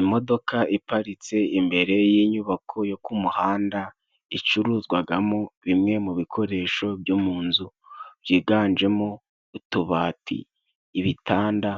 Imodoka iparitse imbere y'inyubako yo ku muhanda ，icuruzwagamo bimwe mu bikoresho byo mu nzu byiganjemo utubati， ibitanda